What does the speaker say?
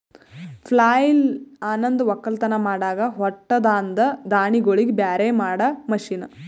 ಪ್ಲಾಯ್ಲ್ ಅನಂದ್ ಒಕ್ಕಲತನ್ ಮಾಡಾಗ ಹೊಟ್ಟದಾಂದ ದಾಣಿಗೋಳಿಗ್ ಬ್ಯಾರೆ ಮಾಡಾ ಮಷೀನ್